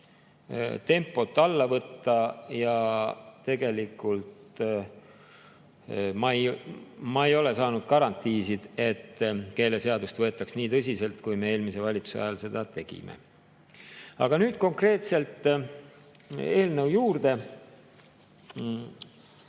tempot alla võtta. Ma ei ole saanud garantiisid, et keeleseadust võetaks nii tõsiselt, kui me eelmise valitsuse ajal seda tegime. Aga nüüd konkreetselt eelnõu juurde.